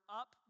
up